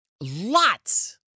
lots